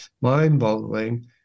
mind-boggling